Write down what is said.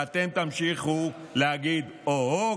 ואתם תמשיכו להגיד: או-הו,